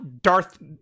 Darth